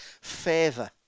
favor